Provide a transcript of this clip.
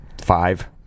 five